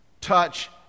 touch